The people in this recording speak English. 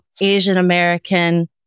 Asian-American